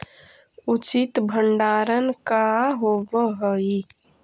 उचित भंडारण का होव हइ?